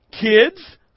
kids